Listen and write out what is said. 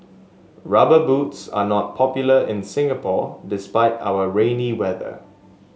rubber boots are not popular in Singapore despite our rainy weather